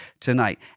tonight